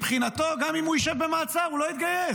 ומבחינתו גם אם הוא ישב במעצר הוא לא יתגייס.